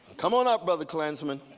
come on up brother klansmen.